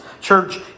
Church